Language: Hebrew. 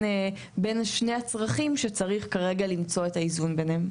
שני הצרכים שצריך כרגע למצוא את האיזון ביניהם.